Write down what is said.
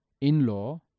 in-law